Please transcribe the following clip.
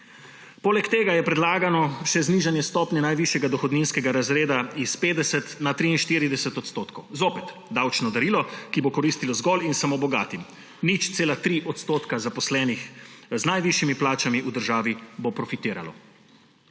Poleg tega je predlagano še znižanje stopnje najvišjega dohodninskega razreda s 50 na 43 %. Zopet davčno darilo, ki bo koristilo zgolj in samo bogatim. 0,3 % zaposlenih z najvišjimi plačami v državi bo profitiralo.